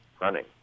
running